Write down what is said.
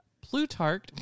plutarch